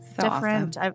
different